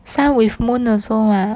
sun with moon also ah